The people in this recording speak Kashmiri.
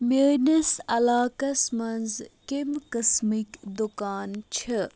میٛٲنِس علاقس منٛز کَمہِ قٕسمٕکۍ دُکان چھِ